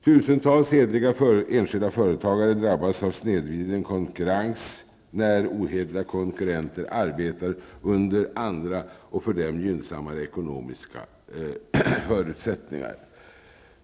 Tusentals enskilda företagare drabbas av snedvriden konkurrens, när ohederliga konkurrenter arbetar under andra och för dem gynnsammare ekonomiska förutsättningar.